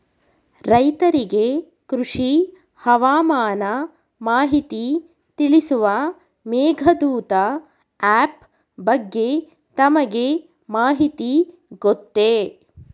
ರೈತರಿಗೆ ಕೃಷಿ ಹವಾಮಾನ ಮಾಹಿತಿ ತಿಳಿಸುವ ಮೇಘದೂತ ಆಪ್ ಬಗ್ಗೆ ತಮಗೆ ಮಾಹಿತಿ ಗೊತ್ತೇ?